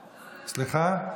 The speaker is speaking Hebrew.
סליחה?